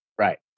Right